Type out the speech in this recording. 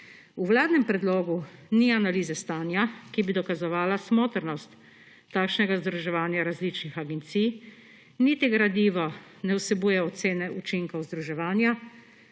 V vladnem predlogu ni analize stanja, ki bi dokazovala smotrnost takšnega združevanja različnih agencij, niti gradivo ne vsebuje ocene učinkov združevanja,